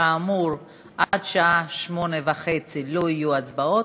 כאמור, עד השעה 20:30 לא יהיו הצבעות.